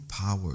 power